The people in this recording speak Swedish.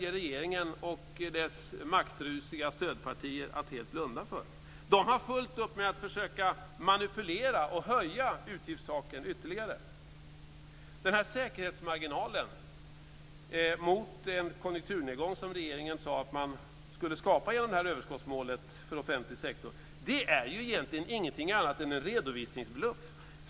Regeringen och dess maktrusiga stödpartier väljer att helt blunda för detta. De har fullt upp med att försöka manipulera och höja utgiftstaken ytterligare. Den säkerhetsmarginal mot en konjunkturnedgång som regeringen sade att man skulle skapa genom överskottsmålet för den offentliga sektorn är egentligen ingenting annat än en redovisningsbluff.